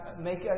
make